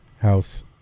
house